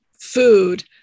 food